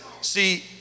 See